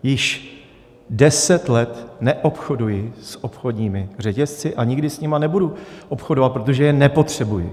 Již deset let neobchoduji s obchodními řetězci a nikdy s nimi nebudu obchodovat, protože je nepotřebuji.